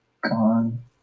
gone